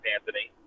Anthony